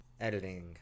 editing